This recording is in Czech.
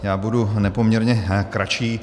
Já budu nepoměrně kratší.